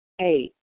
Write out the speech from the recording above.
Eight